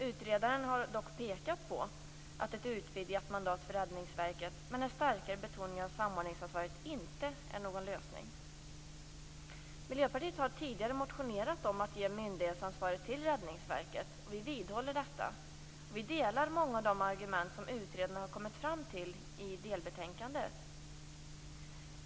Utredaren har dock pekat på att ett utvidgat mandat för Räddningsverket med en starkare betoning av samordningsansvaret inte är någon lösning. Miljöpartiet har tidigare motionerat om att ge myndighetsansvaret till Räddningsverket. Vi vidhåller detta, och vi delar många av de argument som utredaren har kommit fram till i delbetänkandet.